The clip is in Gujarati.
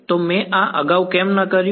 તો મેં આ અગાઉ કેમ ન કર્યું